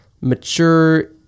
mature